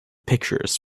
pictures